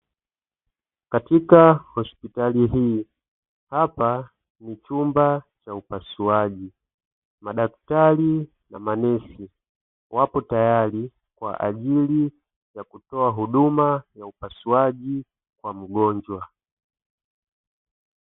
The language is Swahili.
Katika hospitali hii hapa ni chumba cha upasuaji, madaktari na manesi wapo tayari kwa ajili ya kutoa huduma ya upasuaji kwa mgonjwa.